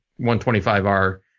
125r